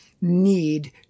need